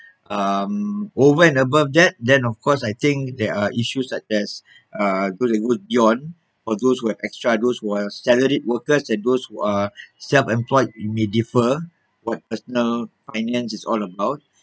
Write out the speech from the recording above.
um over and above that then of course I think there are issues like there's uh or those with extra those who are salaried workers and those who are self employed it may differ what personal finance is all about